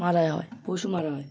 মারা হয় পশু মারা হয়